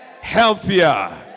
healthier